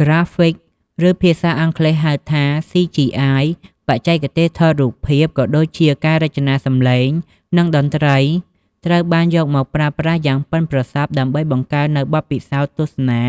ក្រាហ្វិក ឬភាសាអង់គ្លេសហៅថា CGI បច្ចេកទេសថតរូបភាព ក៏ដូចជាការរចនាសំឡេង និងតន្ត្រីត្រូវបានយកមកប្រើប្រាស់យ៉ាងប៉ិនប្រសប់ដើម្បីបង្កើតនូវបទពិសោធន៍ទស្សនា